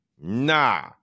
Nah